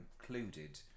included